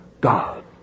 God